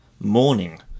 morning